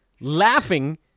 laughing